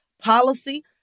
policy